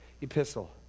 epistle